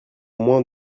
moins